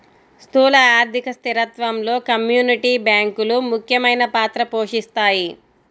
స్థూల ఆర్థిక స్థిరత్వంలో కమ్యూనిటీ బ్యాంకులు ముఖ్యమైన పాత్ర పోషిస్తాయి